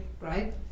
right